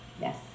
yes